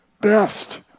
best